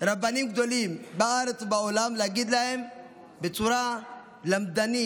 רבנים גדולים בארץ בעולם ולהגיד להם בצורה למדנית,